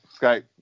Skype